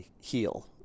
heal